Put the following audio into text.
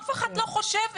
אף אחת לא חושבת.